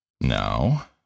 Now